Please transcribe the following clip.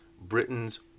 Britain's